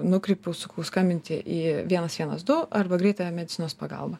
nukreipiau sakau skambinti į vienas vienas du arba greitąją medicinos pagalbą